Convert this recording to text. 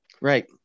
right